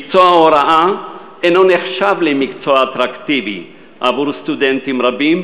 מקצוע ההוראה אינו נחשב מקצוע אטרקטיבי בעבור סטודנטים רבים,